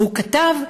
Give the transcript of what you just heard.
הוא כתב,